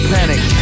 Panic